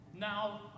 now